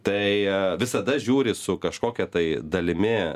tai visada žiūri su kažkokia tai dalimi